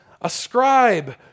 ascribe